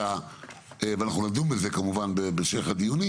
ואנחנו, כמובן, נדון בזה בהמשך הדיונים